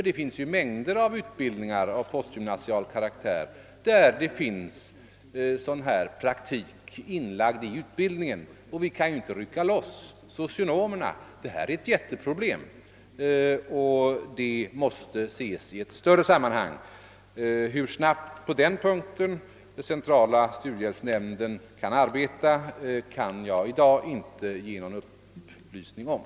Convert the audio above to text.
Det finns mängder av utbildningar av postgymnasial karaktär som har praktik inlagd i utbildningen, och vi kan inte göra någon skillnad mellan socionomer och andra grupper. Detta problem är stort och måste ses i större sammanhang. Jag kan i dag inte ge någon upplysning om hur snabbt centrala studiehjälpsnämnden kan arbeta på den punkten.